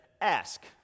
ask